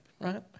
right